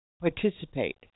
participate